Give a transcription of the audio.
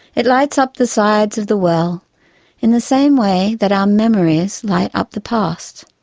it lights up the sides of the well in the same way that our memories light up the past.